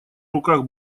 руках